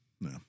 No